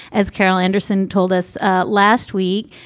as carol anderson told us last week,